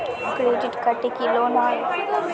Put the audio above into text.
Credit কার্ডে কি loan হয়?